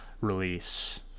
release